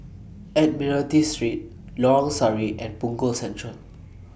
Admiralty Street Lorong Sari and Punggol Central